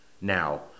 Now